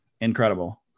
incredible